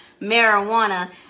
marijuana